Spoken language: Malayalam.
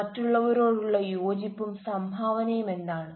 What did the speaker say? മറ്റുള്ളവരോടുള്ള യോജിപ്പും സംഭാവനയും എന്താണ്